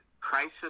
crisis